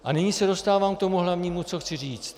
A nyní se dostávám k tomu hlavnímu, co chci říct.